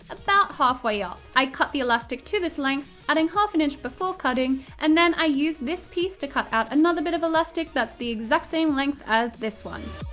about half-way up. i cut the elastic to this length, adding half an inch before cutting, and then i used this piece to cut out another bit of elastic that's the exact same length as this one.